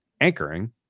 anchoring